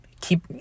Keep